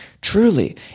Truly